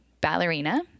ballerina